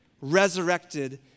resurrected